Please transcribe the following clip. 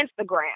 Instagram